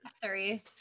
Sorry